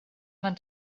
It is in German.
man